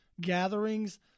gatherings